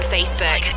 Facebook